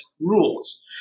rules